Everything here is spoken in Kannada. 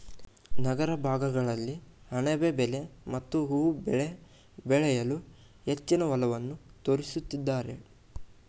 ನಗರ ಭಾಗಗಳಲ್ಲಿ ಅಣಬೆ ಬೆಳೆ ಮತ್ತು ಹೂವು ಬೆಳೆ ಬೆಳೆಯಲು ಹೆಚ್ಚಿನ ಒಲವನ್ನು ತೋರಿಸುತ್ತಿದ್ದಾರೆ